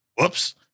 whoops